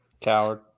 Coward